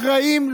אחראים.